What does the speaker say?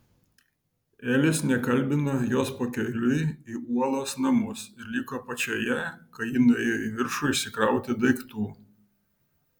elis nekalbino jos pakeliui į uolos namus ir liko apačioje kai ji nuėjo į viršų išsikrauti daiktų